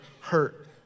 hurt